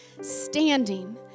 standing